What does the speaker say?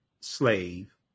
slave